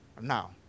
now